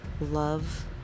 love